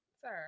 Sir